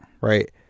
right